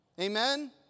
Amen